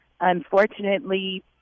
unfortunately